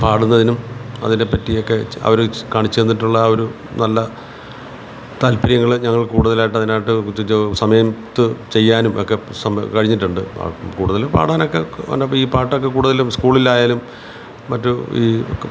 പാടുന്നതിനും അതിനെപ്പറ്റിയൊക്കെ അവർ കാണിച്ചു തന്നിട്ടുള്ള ആ ഒരു നല്ല താല്പര്യങ്ങളെ ഞങ്ങൾ കൂടുതലായിട്ട് അതിനായിട്ട് സമയത്ത് ചെയ്യാനും ഒക്കെ സമ്മ കഴിഞ്ഞിട്ടുണ്ട് കൂടുതൽ പാടാനൊക്കെ ന്നെ ഈ പാട്ടൊക്കെ കൂടുതലും സ്കൂളിലായാലും മറ്റു ഈ